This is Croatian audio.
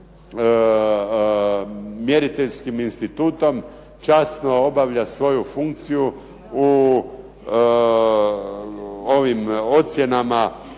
Mjeriteljskim institutom časno obavlja svoju funkciju u ovim ocjenama